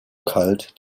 kalt